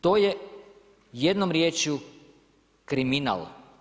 To je jednom riječju kriminal.